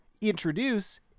introduce